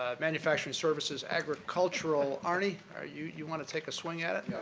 ah manufacturing services, agricultural. arnie, ah you you want to take a swing at it?